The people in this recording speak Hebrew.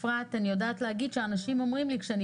אני יודעת להגיד שאנשים אומרים לי כשאני